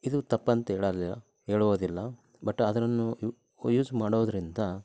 ಇದು ತಪ್ಪಂತ ಹೇಳಲಿಲ್ಲ ಹೇಳುವುದಿಲ್ಲ ಬಟ್ ಆದ್ರು ಯೂಸ್ ಮಾಡೋದರಿಂದ